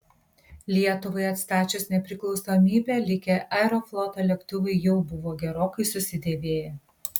lietuvai atstačius nepriklausomybę likę aerofloto lėktuvai jau buvo gerokai susidėvėję